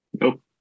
Nope